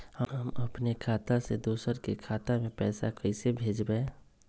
हम अपने खाता से दोसर के खाता में पैसा कइसे भेजबै?